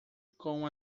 com